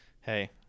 hey